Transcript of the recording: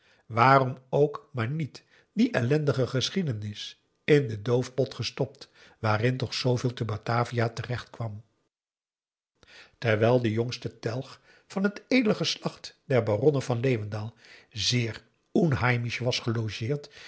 waarom ook maar niet die ellendige geschiedenis in den doofpot gestopt waarin toch zooveel te batavia terecht kwam terwijl de jongste telg van het edele geslacht der baronnen van leeuwendaal zeer u n